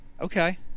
Okay